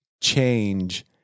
change